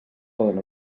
poden